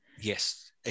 Yes